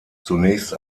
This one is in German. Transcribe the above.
zunächst